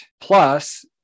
plus